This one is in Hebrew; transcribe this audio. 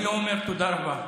אני לא אומר תודה רבה.